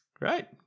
right